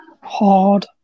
hard